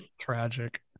Tragic